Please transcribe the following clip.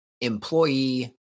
employee